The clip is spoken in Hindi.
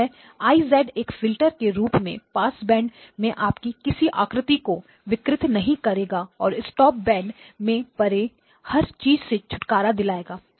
अतः I एक फिल्टर के रूप में पास बैंड में आपकी किसी आकृति को विकृत नहीं करेगा और स्टॉप बैंड से परे हर चीज से छुटकारा दिलाएगा